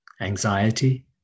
anxiety